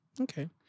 okay